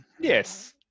Yes